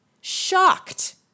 shocked